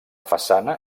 façana